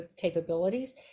capabilities